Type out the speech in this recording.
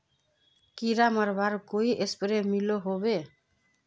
कीड़ा मरवार कोई स्प्रे मिलोहो होबे?